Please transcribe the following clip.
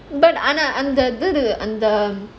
but ஆனா அந்த இது:aanaa andha idhu